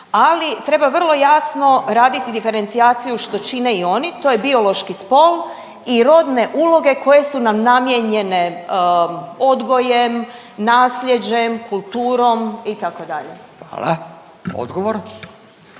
ali treba vrlo jasno raditi diferencijaciju što čine i oni, to je biološki spol i rodne uloge koje su nam namijenjene odgojem, nasljeđem, kulturom itd. **Radin,